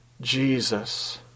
Jesus